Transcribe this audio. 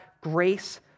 grace